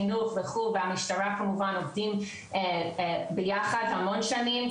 חינוך והמשטרה כמובן עובדים ביחד המון שנים,